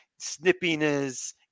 snippiness